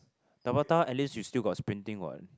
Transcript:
Tabata as least you still got sprinting what